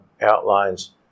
outlines